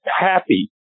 happy